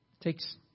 takes